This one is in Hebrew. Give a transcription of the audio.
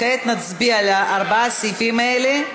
כעת נצביע על ארבעת הסעיפים האלה,